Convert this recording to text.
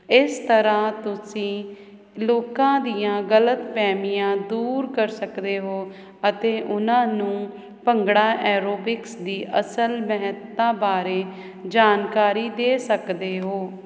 ਇਸ ਤਰ੍ਹਾਂ ਤੁਸੀਂ ਲੋਕਾਂ ਦੀਆਂ ਗਲਤ ਫਹਿਮੀਆਂ ਦੂਰ ਕਰ ਸਕਦੇ ਹੋ ਅਤੇ ਉਹਨਾਂ ਨੂੰ ਭੰਗੜਾ ਐਰੋਬਿਕਸ ਦੀ ਅਸਲ ਮਹੱਤਤਾ ਬਾਰੇ ਜਾਣਕਾਰੀ ਦੇ ਸਕਦੇ ਹੋ